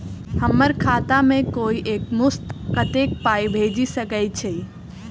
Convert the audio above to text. हम्मर खाता मे कोइ एक मुस्त कत्तेक पाई भेजि सकय छई?